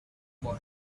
boy